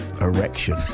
Erection